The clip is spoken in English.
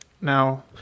now